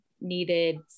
needed